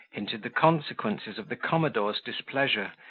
hinted the consequences of the commodore's displeasure,